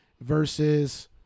Versus